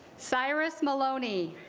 cyrus malonyl